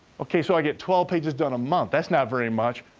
okay, so i get twelve pages done a month. that's not very much.